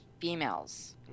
females